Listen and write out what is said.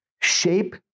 shape